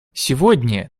сегодня